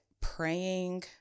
praying